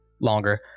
longer